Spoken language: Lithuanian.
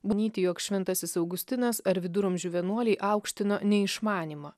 manyti jog šventasis augustinas ar viduramžių vienuoliai aukštino neišmanymą